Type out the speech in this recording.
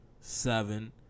seven